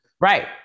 Right